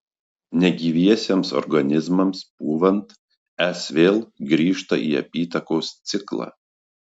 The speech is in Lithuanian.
negyviesiems organizmams pūvant s vėl grįžta į apytakos ciklą